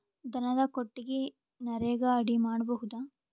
ದನದ ಕೊಟ್ಟಿಗಿ ನರೆಗಾ ಅಡಿ ಮಾಡಬಹುದಾ?